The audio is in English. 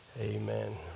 Amen